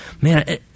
man